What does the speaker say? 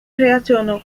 reaccionó